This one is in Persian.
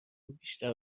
بیشتر